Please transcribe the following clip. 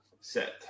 set